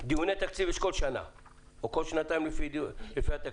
דיוני תקציב יש כל שנה או כל שנתיים לפי התקציב.